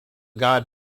god